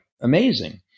amazing